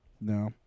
No